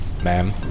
Ma'am